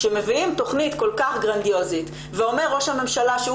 כשמביאים תכנית כל כך גרנדיוזית ואומר ראש הממשלה שהוא